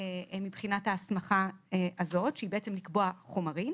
מבחינת ההסמכה הזאת שהיא בעצם לקבוע חומרים,